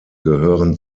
gehören